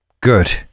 Good